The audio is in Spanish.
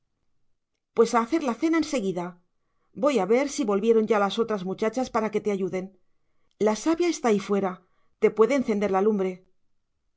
a hacer la cena en seguida voy a ver si volvieron ya las otras muchachas para que te ayuden la sabia está ahí fuera te puede encender la lumbre